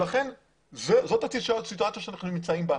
לכן זאת הסיטואציה בה אנחנו נמצאים.